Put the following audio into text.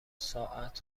ساعت